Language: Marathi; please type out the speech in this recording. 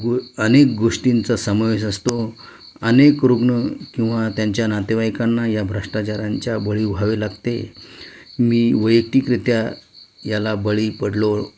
गो अनेक गोष्टींचा समवेश असतो अनेक रुग्ण किंवा त्यांच्या नातेवाईकांना या भ्रष्टाचारांच्या बळी व्हावे लागते मी वैयक्तिकरित्या याला बळी पडलो